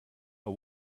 are